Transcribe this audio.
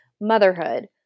motherhood